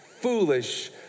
foolish